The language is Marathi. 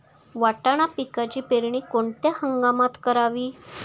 वाटाणा पिकाची पेरणी कोणत्या हंगामात करावी?